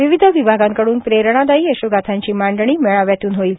विविध विभागांकडून प्रेरणादायी यशोगाथांची मांडणी मेळाव्यातून होईल